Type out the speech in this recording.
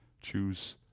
Choose